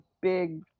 big